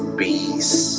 peace